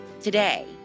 today